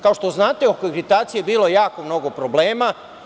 Kao što znate, o akreditaciji je bilo jako mnogo problema.